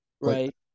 Right